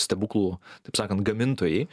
stebuklų taip sakant gamintojai